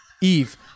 Eve